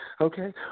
okay